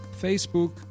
Facebook